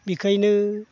बिखायनो